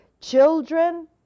children